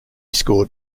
scored